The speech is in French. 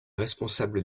responsable